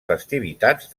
festivitats